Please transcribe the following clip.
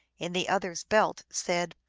in the other s belt, said,